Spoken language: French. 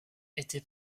était